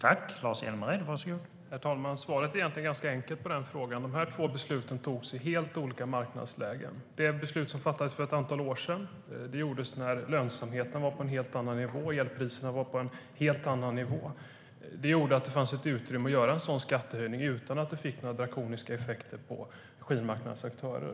Herr talman! Svaret på frågan är egentligen ganska enkelt. De här två besluten togs i helt olika marknadslägen. Det beslut som fattades för ett antal år sedan kom då lönsamheten och elpriserna var på en helt annan nivå. Det gjorde att det fanns utrymme för en sådan skattehöjning utan att det fick drakoniska effekter på energimarknadens aktörer.